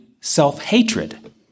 self-hatred